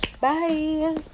bye